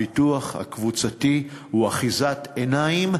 הביטוח הקבוצתי הוא אחיזת עיניים,